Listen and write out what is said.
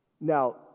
Now